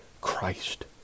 Christ